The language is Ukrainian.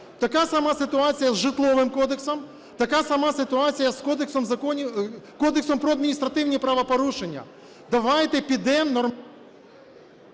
Така сама ситуація з Житловим кодексом. Така сама ситуація з Кодексом про адміністративні правопорушення. Давайте підемо… Веде засідання